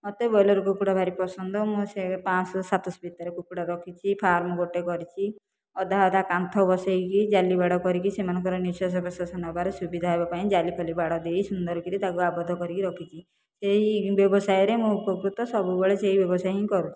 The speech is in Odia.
ମୋତେ ବ୍ରଏଲର କୁକୁଡ଼ା ଭାରି ପସନ୍ଦ ମୁଁ ସେ ପାଞ୍ଚଶହ ସାତଶହ ଭିତରେ କୁକୁଡ଼ା ରଖିଛି ଫାର୍ମ ଗୋଟିଏ କରିଛି ଅଧା ଅଧା କାନ୍ଥ ବସେଇକି ଜାଲି ବାଡ଼ କରିକି ସେମାନଙ୍କର ନିଶ୍ୱାସ ପ୍ରଶ୍ୱାସ ନେବାରେ ସୁବିଧା ହେବା ପାଇଁ ଜାଲି ଫାଲି ବାଡ଼ ଦେଇ ସୁନ୍ଦର କରି ତାକୁ ଆବୋଧ କରିକି ରଖିଛି ସେହି ବ୍ୟବସାୟରେ ମୁଁ ଉପକୃତ ସବୁବେଳେ ସେହି ବ୍ୟବସାୟ ହିଁ କରୁଛି